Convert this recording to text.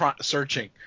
searching